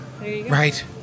Right